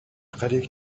гарыг